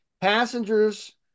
passengers